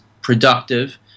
productive